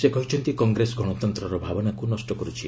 ସେ କହିଛନ୍ତି କଂଗ୍ରେସ ଗଣତନ୍ତ୍ରର ଭାବନାକୁ ନଷ୍ଟ କରିଛି